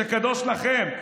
שקדוש לכם,